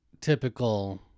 typical